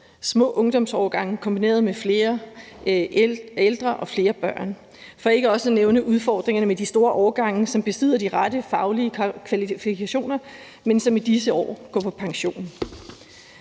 Små ungdomsårgange kombineret med flere ældre og flere børn, for ikke også at nævne udfordringerne med de store årgange, som besidder de rette faglige kvalifikationer, men som i disse år går på pension.